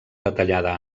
detallada